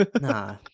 Nah